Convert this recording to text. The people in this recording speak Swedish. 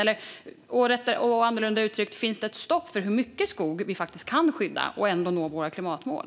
Eller, annorlunda uttryckt, finns det ett stopp för hur mycket skog vi faktiskt kan skydda och ändå nå våra klimatmål?